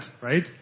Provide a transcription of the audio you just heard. right